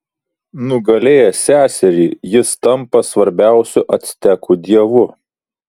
nugalėjęs seserį jis tampa svarbiausiu actekų dievu